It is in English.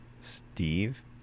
Steve